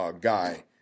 guy